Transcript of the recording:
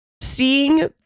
seeing